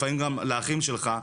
לפעמים גם לאחים שלך,